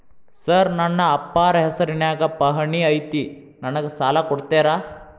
Sir ನನ್ನ ಅಪ್ಪಾರ ಹೆಸರಿನ್ಯಾಗ್ ಪಹಣಿ ಐತಿ ನನಗ ಸಾಲ ಕೊಡ್ತೇರಾ?